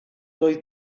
doedd